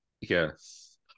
yes